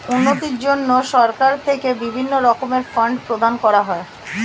উন্নতির জন্য সরকার থেকে বিভিন্ন রকমের ফান্ড প্রদান করা হয়